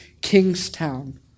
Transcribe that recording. Kingstown